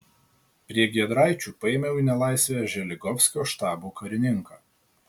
prie giedraičių paėmiau į nelaisvę želigovskio štabo karininką